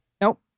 Nope